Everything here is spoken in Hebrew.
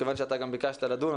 מכיוון שביקשת את הדיון,